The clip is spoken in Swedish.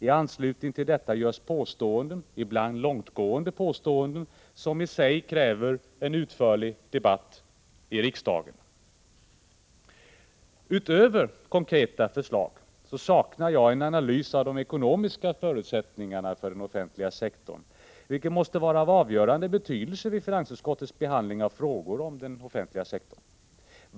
I anslutning till detta görs påståenden, ibland långtgående sådana, som i sig kräver en utförlig debatt i riksdagen. Utöver konkreta förslag saknar jag en analys av de ekonomiska förutsättningarna för den offentliga sektorn, vilket måste vara av avgörande betydelse vid finansutskottets behandling av frågor som rör denna.